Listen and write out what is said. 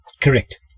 Correct